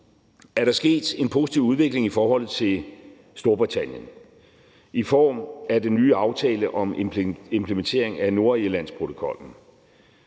er der sket en positiv udvikling i forholdet til Storbritannien i form af den nye aftale om implementering af Nordirlandsprotokollen.